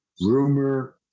rumor